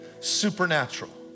supernatural